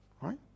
right